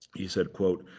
he said quote,